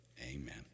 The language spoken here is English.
Amen